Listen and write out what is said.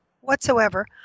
whatsoever